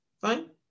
Fine